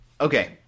Okay